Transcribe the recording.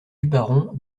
daburon